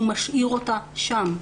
הוא משאיר אותה שם.